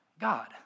God